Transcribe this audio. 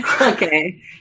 Okay